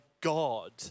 God